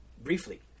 briefly